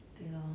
对 lor